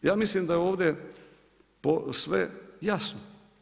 Ja mislim da je ovdje sve jasno.